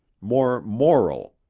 more moral,